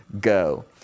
go